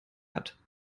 hat